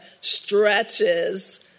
stretches